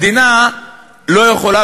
מדינה לא יכולה,